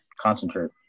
Concentrate